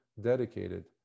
dedicated